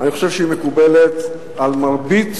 אני חושב שהיא מקובלת על מרבית